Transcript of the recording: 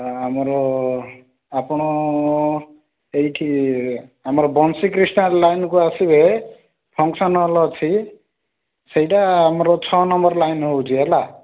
ଆମର ଆପଣ ଏଇଠି ଆମର ବଂଶୀ କ୍ରିଷ୍ଣା ଲାଇନ୍କୁ ଆସିବେ ଫଙ୍କସନ୍ ହଲ୍ ଅଛି ସେଇଟା ଆମର ଛଅ ନମ୍ବର୍ ଲାଇନ୍ ରହୁଛି ହେଲା